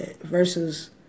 versus